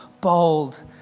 bold